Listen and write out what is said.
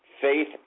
faith